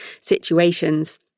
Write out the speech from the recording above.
situations